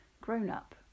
grown-up